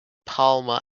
palmer